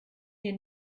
hier